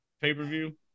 pay-per-view